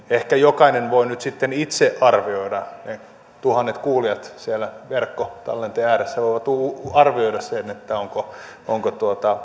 ehkä jokainen voi nyt sitten itse arvioida ne tuhannet kuulijat siellä verkkotallenteen ääressä voivat arvioida sen onko onko